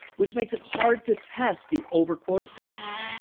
which makes it hard to test the over quota failures.